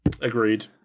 Agreed